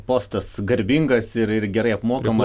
postas garbingas ir ir gerai apmokamas